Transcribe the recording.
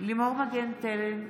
לימור מגן תלם,